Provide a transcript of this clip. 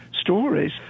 stories